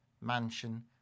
Mansion